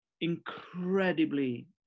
incredibly